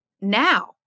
now